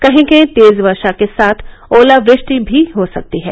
कहीं कहीं तेज वर्षा के साथ ओलावृष्टि भी हो सकती है